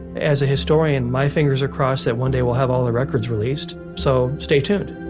as a historian, my fingers are crossed that one day we'll have all the records released, so stay tuned